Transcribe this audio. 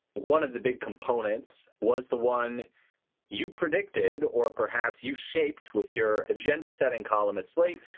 one of the big components was the one you predicted or perhaps you shaped with your agenda setting column at slate,